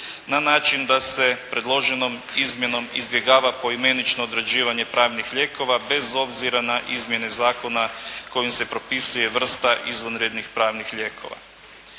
na način da se predloženom izmjenom izbjegava poimenično određivanje pravnih lijekova bez obzira na izmjena zakona kojima se propisuje vrsta izvanrednih pravnih lijekova.